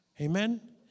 Amen